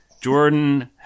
Jordan